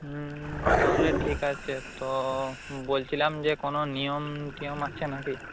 হুম তাহলে ঠিক আছে তো বলছিলাম যে কোনো নিয়ম টিয়ম আছে নাকি